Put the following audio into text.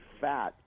fat